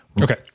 okay